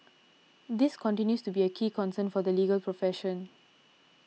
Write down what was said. this continues to be a key concern for the legal profession